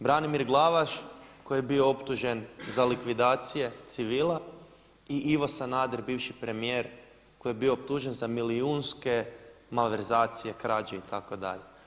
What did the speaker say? Branimir Glavaš koji je bio optužen za likvidacije civila i Ivo Sanader bivši premijer koji je bio optužen za milijunske malverzacije, krađe itd.